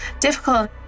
difficult